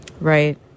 Right